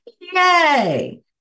Yay